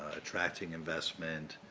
attracting investment,